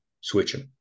switching